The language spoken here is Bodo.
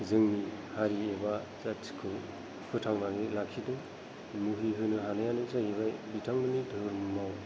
जोंनि हारि एबा जाथिखौ फोथांनानै लाखिदों मुहि होनो हानायानो जाहैबाय बिथांमोननि दोहोरोमाव